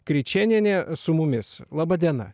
kričėnienė su mumis laba diena